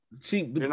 See